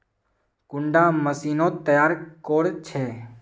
कुंडा मशीनोत तैयार कोर छै?